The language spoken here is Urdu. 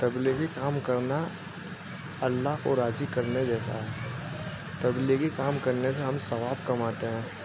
تبلی کیی کام کرنا اللہ کو راضی کرنے جیسا ہے تبلی کیی کام کرنے سے ہم ثواب کماتے ہیں